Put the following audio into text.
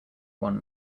one